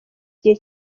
igihe